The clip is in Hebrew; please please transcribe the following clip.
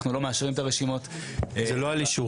אנחנו לא מאשרים את הרשימות --- זה לא על אישור,